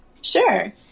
Sure